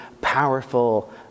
powerful